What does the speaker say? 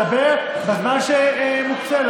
אני מבקש עכשיו לתת לה לדבר בזמן שמוקצה לה.